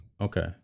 Okay